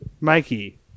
Mikey